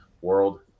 World